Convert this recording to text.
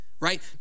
Right